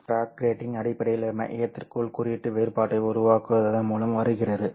fibre Bragg grating அடிப்படையில் மையத்திற்குள் குறியீட்டு வேறுபாட்டை உருவாக்குவதன் மூலம் வருகிறது